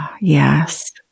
Yes